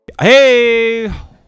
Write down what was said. Hey